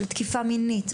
של תקיפה מינית,